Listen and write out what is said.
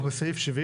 אנחנו בסעיף 70?